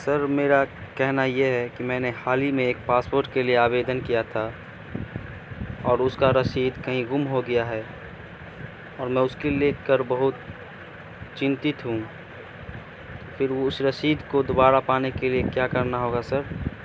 سر میرا کہنا یہ ہے کہ میں نے حال ہی میں ایک پاسپورٹ کے لیے آویدن کیا تھا اور اس کا رسید کہیں گم ہو گیا ہے اور میں اس کے لے کر بہت چنتت ہوں پھر اس رسید کو دوبارہ پانے کے لیے کیا کرنا ہوگا سر